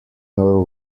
your